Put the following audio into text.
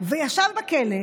וישב בכלא,